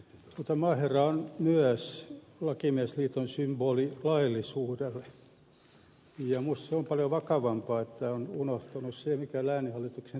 mutta maaherra on myös lakimiesliiton symboli laillisuudelle ja minusta se on paljon vakavampaa että on unohtunut se mikä lääninhallituksen tehtävä on